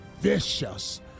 vicious